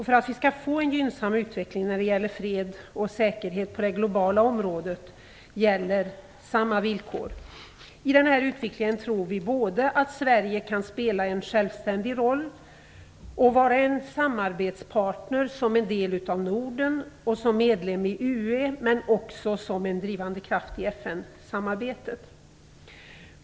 För att vi skall få en gynnsam utveckling när det gäller fred och säkerhet på det globala området gäller samma villkor. I denna utveckling tror vi att Sverige kan spela en självständig roll och samtidigt vara en samarbetspartner genom att vi är en del av Norden och medlem i EU, och vi tror också att Sverige kan vara en drivande kraft i FN-samarbetet.